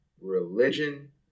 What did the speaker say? religion